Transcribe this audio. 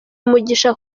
umugisha